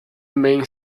man